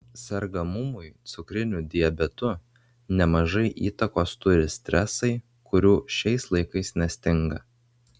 sergamumui cukriniu diabetu nemažai įtakos turi stresai kurių šiais laikais nestinga